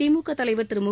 திமுக தலைவர் திரு மு